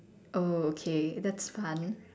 oh okay that's fun